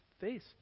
face